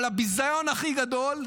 אבל הביזיון הכי גדול,